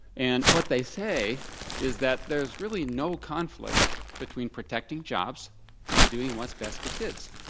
and what they say is that there is really no conflict between protecting jobs and doing what's best for kids.